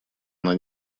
она